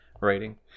writing